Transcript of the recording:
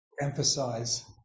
emphasize